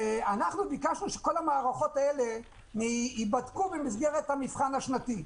ביקשנו שכל המערכות האלה ייבדקו במסגרת המבחן השנתי,